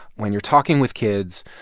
when you're talking with kids,